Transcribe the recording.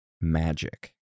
Magic